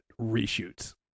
Reshoots